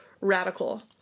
radical